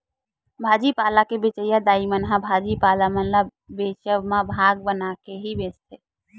भाजी पाल के बेंचइया दाई मन ह भाजी पाला मन ल बेंचब म भाग बना बना के ही बेंचथे